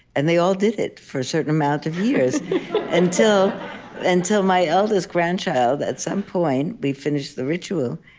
and they all did it, for a certain amount of years until until my eldest grandchild, at some point we'd finished the ritual,